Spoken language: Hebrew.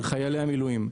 על חיילי המילואים.